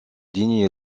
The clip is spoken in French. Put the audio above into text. digne